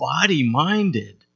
body-minded